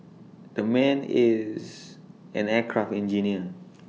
the man is an aircraft engineer